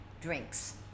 drinks